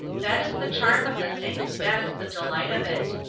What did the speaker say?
that is the charm of the thing, that is the delight of it.